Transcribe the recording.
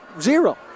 zero